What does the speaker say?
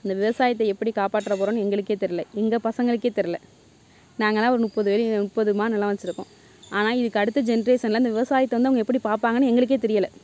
இந்த விவசாயத்தை எப்படி காப்பாற்ற போகிறோனு எங்களுக்கே தெரில எங்கள் பசங்களுக்கே தெரில நாங்கள்லாம் ஒரு முப்பது வேலி முப்பது மா நிலம் வெச்சிருக்கோம் ஆனால் இதுக்கு அடுத்த ஜென்ரேஷன்லாம் இந்த விவசாயத்தை வந்து அவங்க எப்படி பார்ப்பாங்கன்னு எங்களுக்கே தெரியலை